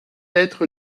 être